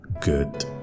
good